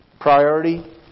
Priority